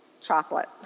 Chocolate